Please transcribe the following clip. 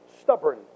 stubborn